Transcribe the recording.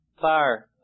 fire